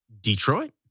Detroit